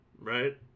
right